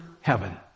heaven